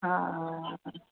હા